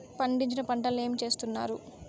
పండించిన పంటలని ఏమి చేస్తున్నారు?